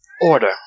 Order